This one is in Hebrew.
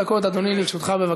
אנחנו לא מוותרים עליו.